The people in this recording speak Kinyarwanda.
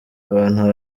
abantu